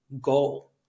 goal